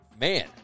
man